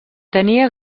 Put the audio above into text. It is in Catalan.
tenia